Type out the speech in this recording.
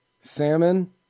salmon